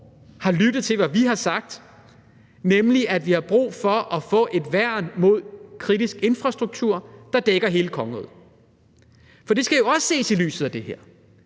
har lyttet til, hvad vi har sagt, nemlig at vi har brug for at få et værn mod kritisk infrastruktur, der dækker hele kongeriget; for det skal jo også ses i lyset af det her.